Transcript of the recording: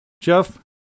Jeff